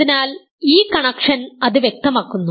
അതിനാൽ ഈ കണക്ഷൻ അത് വ്യക്തമാക്കുന്നു